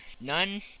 none